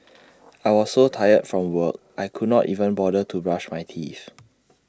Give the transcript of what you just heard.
I was so tired from work I could not even bother to brush my teeth